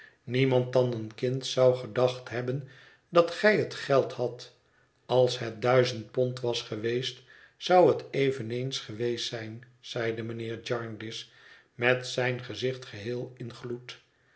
niemand dan een kind zou gedacht hebben dat gij het geld hadt als het duizend pond was geweest zou het eveneens geweest zijn zeide mijnheer jarndyce met zijn gezicht geheel in gloed